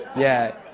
yeah.